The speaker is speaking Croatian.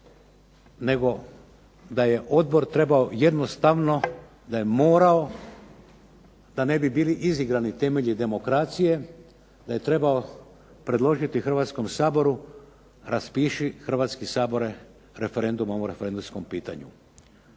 nego da je Odbor trebao jednostavno da je morao, da ne bi bili izigrani temelji demokracije, da je trebao predložiti Hrvatskom saboru raspiši Hrvatski sabore referendum o ovom referendumskom pitanju.